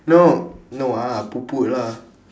no no ah poot poot lah